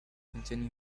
continue